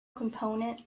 component